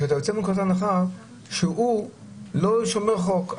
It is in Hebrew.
כי אתה יוצא מנקודת הנחה שהוא לא שומר חוק.